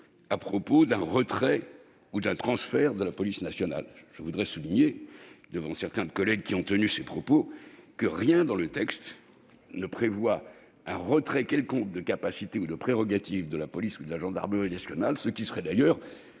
à propos d'un « retrait » ou d'un « transfert » de la police nationale. Je veux le souligner devant les collègues qui ont tenu ces propos, rien, dans ce texte, ne prévoit un retrait quelconque des prérogatives de la police ou de la gendarmerie nationales, ce qui serait d'ailleurs